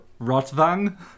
Rotwang